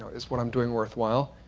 is what i'm doing worthwhile?